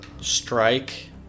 Strike